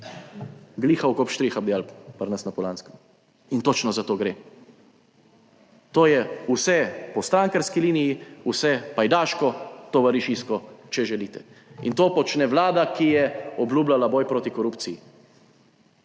gliha vkup štriha bi dejal pri nas na Polanskem. In točno za to gre. To je vse po strankarski liniji, vse pajdaško, tovarišijsko, če želite. In to počne Vlada, ki je obljubljala boj proti korupciji.